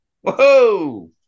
Whoa